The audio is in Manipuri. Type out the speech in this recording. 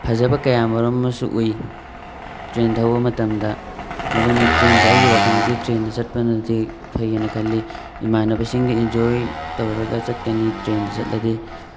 ꯐꯖꯕ ꯀꯌꯥꯔꯨꯝ ꯑꯃꯁꯨ ꯎꯏ ꯇ꯭ꯔꯦꯟ ꯊꯧꯕ ꯃꯇꯝꯗ ꯃꯗꯨꯅ ꯇ꯭ꯔꯦꯟꯗ ꯑꯩꯒꯤ ꯋꯥꯈꯟꯗꯗꯤ ꯇ꯭ꯔꯦꯟꯗ ꯆꯠꯄꯅꯗꯤ ꯐꯩꯑꯅ ꯈꯜꯂꯤ ꯏꯃꯥꯅꯕꯁꯤꯡꯒ ꯏꯟꯖꯣꯏ ꯇꯧꯔꯒ ꯆꯠꯀꯅꯤ ꯇ꯭ꯔꯦꯟꯗ ꯆꯠꯂꯗꯤ